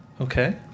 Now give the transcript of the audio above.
okay